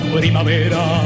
primavera